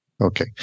Okay